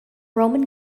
roman